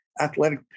athletic